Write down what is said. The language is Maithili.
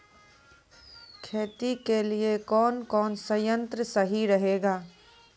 खेती के लिए कौन कौन संयंत्र सही रहेगा?